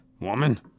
Woman